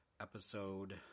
episode